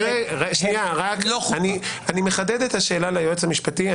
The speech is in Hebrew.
אני מחדד את השאלה ליועץ המשפטי.